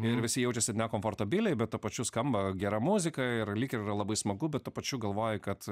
ir visi jaučiasi nekomfortabiliai bet tuo pačiu skamba gera muzika ir lyg ir yra labai smagu bet tuo pačiu galvoji kad